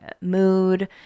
mood